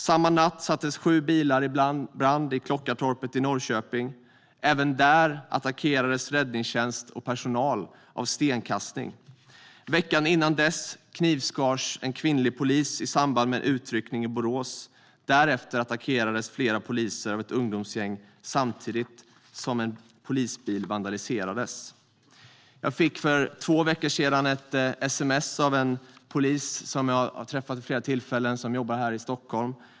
Samma natt sattes sju bilar i brand i Klockaretorpet i Norrköping. Även där attackerades räddningstjänstens personal med stenkastning. Veckan före knivskars en kvinnlig polis i samband med en utryckning i Borås. Därefter attackerades flera poliser av ett ungdomsgäng samtidigt som en polisbil vandaliserades. Jag fick för två veckor sedan ett sms från en polis som jag har träffat vid flera tillfällen och som jobbar här i Stockholm.